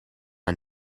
een